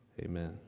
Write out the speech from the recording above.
amen